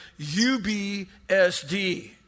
UBSD